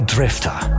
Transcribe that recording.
Drifter